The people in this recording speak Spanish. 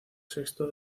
sexto